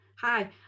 Hi